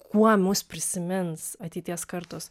kuo mus prisimins ateities kartos